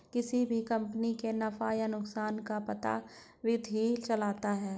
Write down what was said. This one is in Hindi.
किसी भी कम्पनी के नफ़ा या नुकसान का भी पता वित्त ही चलता है